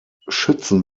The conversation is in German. schützen